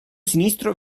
sinistro